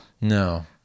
No